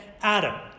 Adam